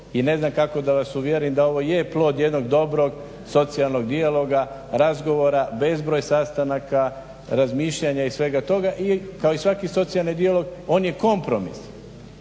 i ne znam kako da vas uvjerim da ovo je plod jednog dobrog socijalnog dijaloga, razgovora, bezbroj sastanaka, razmišljanja i svega toga i kao i svaki socijalni dijalog on je kompromis,